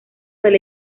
del